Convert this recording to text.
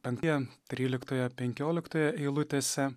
apie tryliktoje penkioliktoje eilutėse